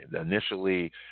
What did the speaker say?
initially